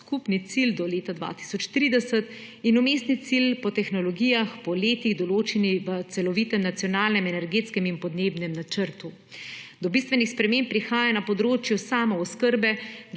skupni cilj do leta 2030 in vmesni cilji po tehnologijah po letih določeni v celovitem nacionalnem energetskem in podnebnem načrtu. Do bistvenih sprememb prihaja na področju samooskrbe